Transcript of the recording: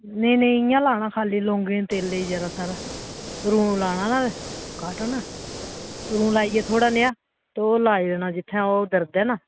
नेईं नेईं इयां लाना खाल्ली लौंगें ते तेले ई जरा सारा रूं लाना ना काटन रूं लाइयै थोह्ड़ा नेहा ते ओह् लाई लैना जित्थै ओ दर्द ऐ ना